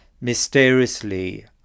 mysteriously